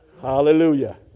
Hallelujah